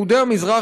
יהודי המזרח,